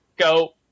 go